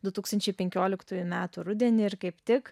du tūkstančiai penkioliktųjų metų rudenį ir kaip tik